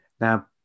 Now